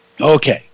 Okay